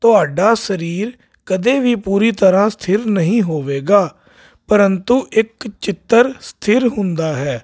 ਤੁਹਾਡਾ ਸਰੀਰ ਕਦੇ ਵੀ ਪੂਰੀ ਤਰ੍ਹਾਂ ਸਥਿਰ ਨਹੀਂ ਹੋਵੇਗਾ ਪਰੰਤੂ ਇੱਕ ਚਿੱਤਰ ਸਥਿਰ ਹੁੰਦਾ ਹੈ